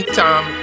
time